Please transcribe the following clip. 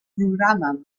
programa